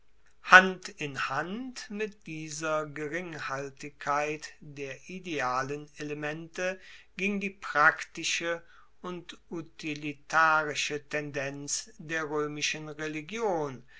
hand in hand mit dieser geringhaltigkeit der idealen elemente ging die praktische und utilitarische tendenz der roemischen religion